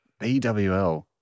BWL